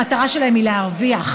המטרה שלהם היא להרוויח.